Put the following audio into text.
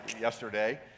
yesterday